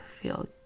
feel